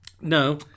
No